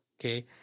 okay